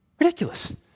Ridiculous